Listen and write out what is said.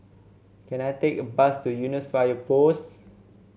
can I take a bus to Eunos Fire Post